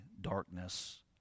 darkness